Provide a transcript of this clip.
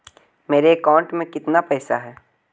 मेरे अकाउंट में केतना पैसा है?